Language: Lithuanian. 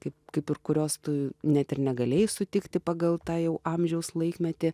kaip kaip ir kurios tu net ir negalėjai sutikti pagal tą jau amžiaus laikmetį